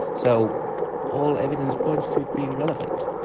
so all evidence points to it being relevant.